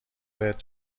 بهت